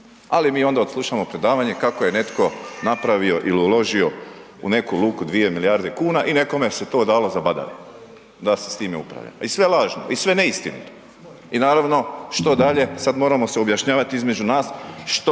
ali mi onda odslušamo predavanje kako je netko napravio ili uložio u neku luku dvije milijarde kuna i nekome se to dalo za badave da se s time upravlja i sve lažno i sve neistinito i naravno, što dalje, sad moramo se objašnjavati između nas što